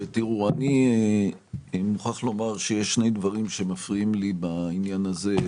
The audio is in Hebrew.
אני מוכרח לומר שיש שני דברים שמפריעים לי בעניין הזה,